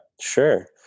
sure